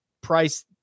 price